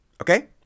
Okay